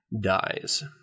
Dies